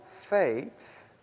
faith